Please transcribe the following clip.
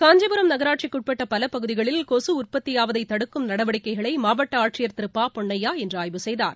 காஞ்சிபுரம் நகராட்சிக்கு உட்பட்ட பல பகுதிகளில் கொசு உற்பத்தியாவதை தடுக்கும் நடவடிக்கைகளை மாவட்ட ஆட்சியர் திரு பா பொன்னையா இன்று ஆய்வு செய்தார்